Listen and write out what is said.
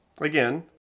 again